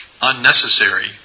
unnecessary